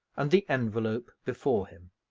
and the envelope before him.